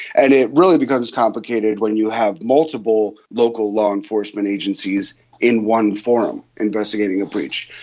and it really becomes complicated when you have multiple local law enforcement agencies in one forum investigating a breach.